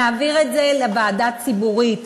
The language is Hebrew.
נעביר את זה לוועדה ציבורית,